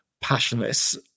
passionless